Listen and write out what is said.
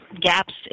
gaps